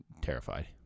terrified